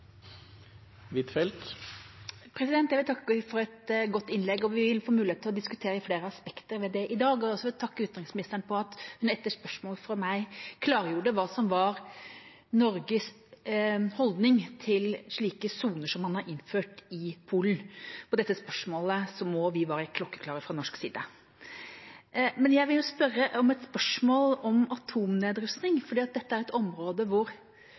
et godt innlegg. Vi vil få muligheten til å diskutere flere aspekter ved det i dag. Jeg vil også takke utenriksministeren for at hun etter spørsmål fra meg klargjorde hva som var Norges holdning til slike soner som man har innført i Polen. På dette spørsmålet må vi være klokkeklare fra norsk side. Men jeg vil stille et spørsmål om atomnedrustning, for dette er et område hvor